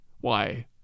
Why